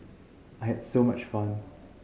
I had so much fun